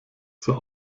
zur